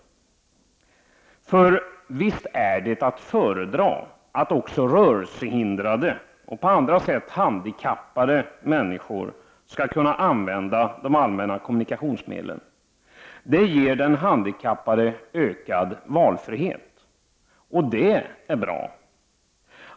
Visst är det att föredra att också rörelsehindrade och på andra sätt handikappade människor skall kunna använda de allmänna kommunikationsmedlen. Det ger den handikappade ökad valfrihet. Det är bra.